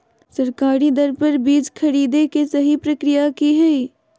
सरकारी दर पर बीज खरीदें के सही प्रक्रिया की हय?